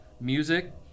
music